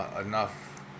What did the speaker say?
enough